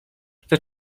chce